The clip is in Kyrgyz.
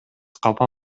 капа